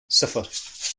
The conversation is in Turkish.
sıfır